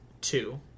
two